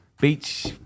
beach